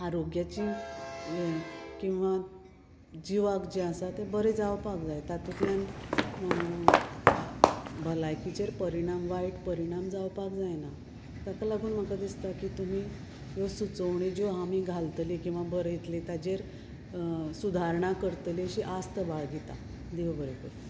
आरोग्याची हें किंवां जिवाक जें आसा तें बरें जावपाक जाय तातूंतल्यान भलायकीचेर परिणाम वायट परिणाम जावपाक जायना ताका लागून म्हाका दिसता की तुमी ह्यो सुचोवण्यो ज्यो हांव आमी घालतलीं किंवां बरयतलीं ताजेर सुदारणां करतली अशी आस्त बाळगीतां देव बरें करूं